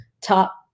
top